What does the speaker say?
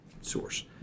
source